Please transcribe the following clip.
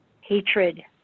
hatred